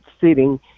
sitting